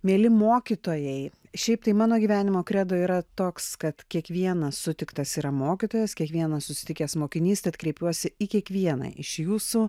mieli mokytojai šiaip tai mano gyvenimo kredo yra toks kad kiekvienas sutiktas yra mokytojas kiekvienas susitikęs mokinys tad kreipiuosi į kiekvieną iš jūsų